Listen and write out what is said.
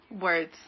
words